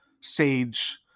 sage